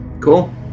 Cool